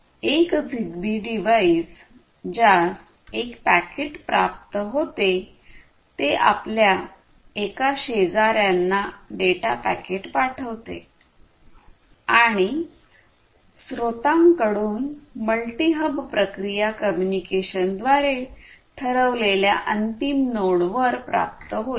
एक Zigbee device ज्यास एक पॅकेट प्राप्त होते ते आपल्या एका शेजार्यांना डेटा पॅकेट पाठवते आणि स्त्रोतांकडून मल्टी हब प्रक्रिया कम्युनिकेशन द्वारे ठरवलेल्या अंतिम नोडवर प्राप्त होईल